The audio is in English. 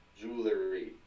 Jewelry